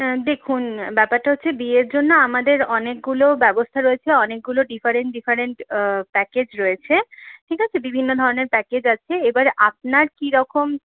দেখুন ব্যাপারটা হচ্ছে বিয়ের জন্যে আমাদের অনেকগুলো ব্যবস্থা রয়েছে অনেকগুলো ডিফারেন্ট ডিফারেন্ট প্যাকেজ রয়েছে ঠিক আছে বিভিন্ন ধরনের প্যাকেজ আছে এবারে আপনার কী রকম